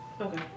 Okay